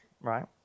Right